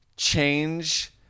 Change